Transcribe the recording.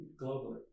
globally